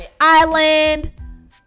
island